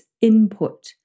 input